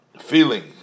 feeling